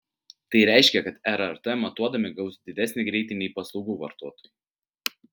tai reiškia kad rrt matuodami gaus didesnį greitį nei paslaugų vartotojai